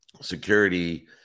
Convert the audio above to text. security